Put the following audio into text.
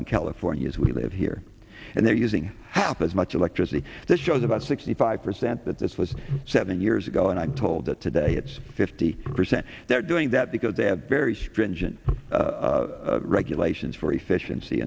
in california as we live here and they're using half as much electricity that shows about sixty five percent that this was seven years ago and i'm told that today it's fifty percent they're doing that because they have very stringent regulations for efficiency